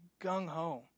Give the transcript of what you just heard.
gung-ho